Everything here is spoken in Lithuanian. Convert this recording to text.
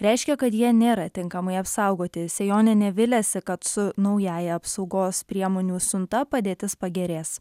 reiškia kad jie nėra tinkamai apsaugoti sejonienė viliasi kad su naująja apsaugos priemonių siunta padėtis pagerės